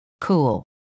Cool